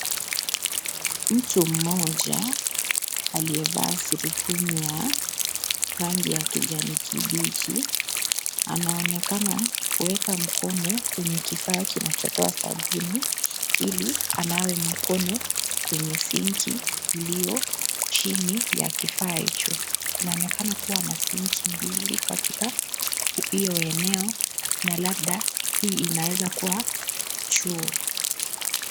Mtu mmoja aliyevaa surupwenye ya rangi ya kijani kibichi anaonekana kuweka mkono kwenye kifaa kinachotoa sabuni ili anawe mkono kwenye sinki iliyo chini ya kifaa hicho. Kunaonekana kuwa na sinki mbili katika hiyo eneo na labda hii inaweza kuwa chuo.